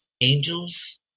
angels